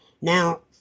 now